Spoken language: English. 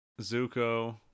Zuko